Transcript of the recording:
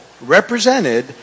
represented